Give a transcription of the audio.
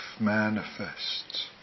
manifests